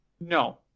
No